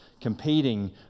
competing